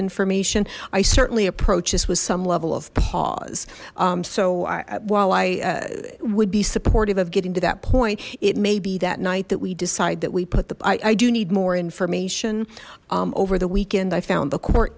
information i certainly approach this with some level of pause so while i would be supportive of getting to that point it may be that night that we decide that we put the pi i do need more information over the weekend i found the court